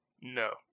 no